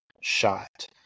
shot